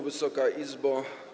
Wysoka Izbo!